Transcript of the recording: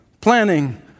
planning